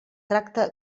tracta